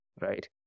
Right